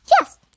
Yes